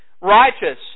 righteous